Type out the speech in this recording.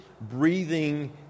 breathing